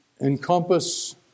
encompass